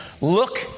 look